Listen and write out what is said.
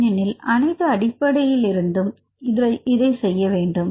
ஏனெனில் அணைத்து அடிப்படை அடிப்படையிலிருந்துஇல் இருந்து செய்ய வேண்டும்